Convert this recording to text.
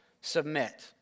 submit